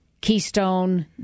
Keystone